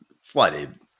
flooded